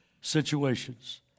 situations